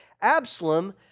Absalom